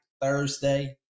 Thursday